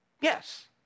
Yes